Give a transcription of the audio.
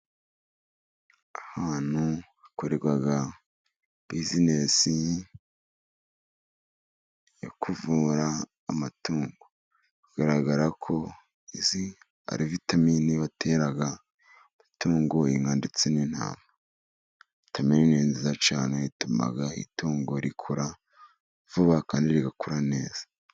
Ahantu hakorerwa buzinesi yo kuvura amatungo, bigaragara ko izi ari vitamini batera itungo, inka ndetse n'intama. Vitamini ni nziza cyane zituma itungo rikura vuba kandi rigakura neza.